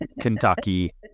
Kentucky